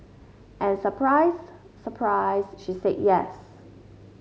and surprise surprise she said yes